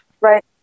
Right